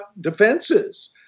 defenses